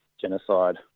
genocide